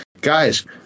guys